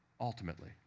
ultimately